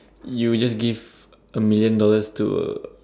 you just give a million dollars to